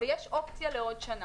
ויש אופציה לעוד שנה.